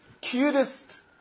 cutest